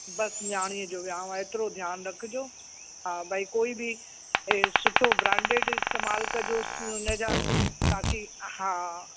बसि नियाणी जो वियांह आहे एतिरो ध्यानु रखिजो हा भई कोई बि ए सुठो ब्रांडिड इस्तेमालु कजोस उन जा ताकि हा